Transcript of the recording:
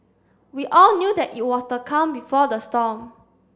we all knew that it was the calm before the storm